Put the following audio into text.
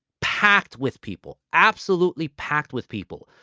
packed with people. absolutely packed with people.